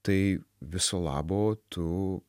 tai viso labo tu